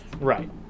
Right